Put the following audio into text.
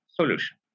solution